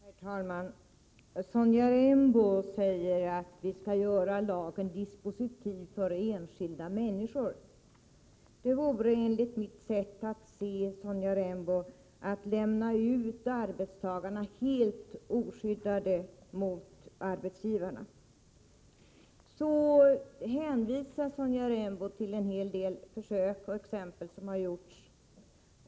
Herr talman! Sonja Rembo säger att vi skall göra lagen dispositiv för enskilda människor. Det vore enligt mitt sätt att se att lämna ut arbetstagarna helt oskyddade mot arbetsgivarna. Sonja Rembo hänvisar också till en del försök som har gjorts.